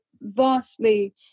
vastly